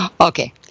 Okay